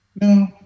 No